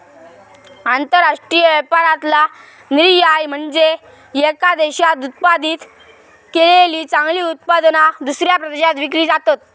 आंतरराष्ट्रीय व्यापारातला निर्यात म्हनजे येका देशात उत्पादित केलेली चांगली उत्पादना, दुसऱ्या देशात विकली जातत